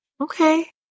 Okay